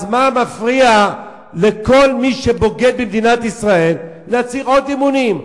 אז מה מפריע לכל מי שבוגד במדינת ישראל להצהיר עוד אמונים?